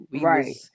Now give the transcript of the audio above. Right